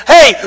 Hey